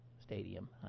Stadium